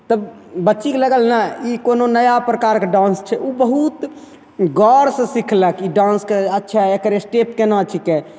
तब बच्चीके लागल नहि ई कोनो नया प्रकारके डान्स छै ओ बहुत गौरसे सिखलक ई डान्सके अच्छा एकर एस्टेप कोना छिकै